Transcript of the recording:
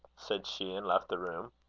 said she, and left the room.